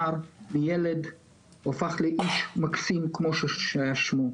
מילד הוא הפך לאיש מקסים כמו שהיה שמו.